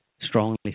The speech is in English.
strongly